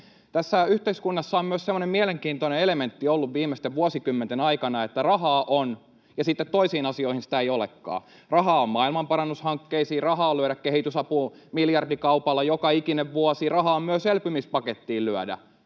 Tässä yhteiskunnassa on myös ollut semmoinen mielenkiintoinen elementti viimeisten vuosikymmenten aikana, että rahaa on ja sitten toisiin asioihin sitä ei olekaan. Rahaa on maailmanparannushankkeisiin. Rahaa on lyödä kehitysapuun miljardikaupalla joka ikinen vuosi. Rahaa on lyödä myös elpymispakettiin.